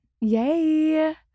Yay